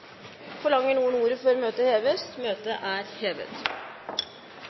Forlanger noen ordet før møtet heves? – Møtet er hevet.